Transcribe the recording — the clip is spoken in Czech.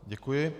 Děkuji.